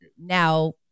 now